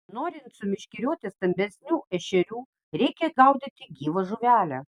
norint sumeškerioti stambesnių ešerių reikia gaudyti gyva žuvele